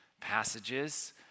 passages